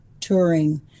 touring